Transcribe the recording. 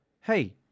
Hey